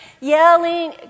yelling